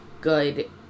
good